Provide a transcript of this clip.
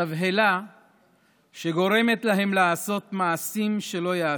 תבהלה שגורמת להם לעשות מעשים שלא ייעשו.